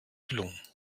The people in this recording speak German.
gelungen